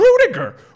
Rudiger